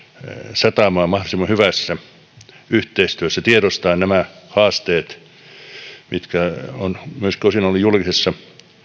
satamaan mahdollisimman hyvässä yhteistyössä tiedostaen nämä haasteet mitkä ovat osin olleet myöskin julkisessa